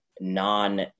non